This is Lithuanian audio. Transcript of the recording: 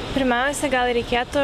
pirmiausia gal reikėtų